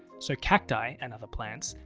so, cacti, and other plants,